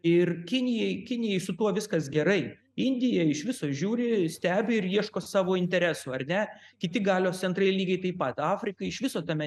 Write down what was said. ir kinijai kinijai su tuo viskas gerai indija iš viso žiūri stebi ir ieško savo interesų ar ne kiti galios centrai lygiai taip pat afrika iš viso tame